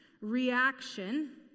reaction